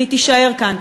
והיא תישאר כאן,